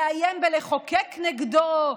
לאיים בלחוקק נגדו,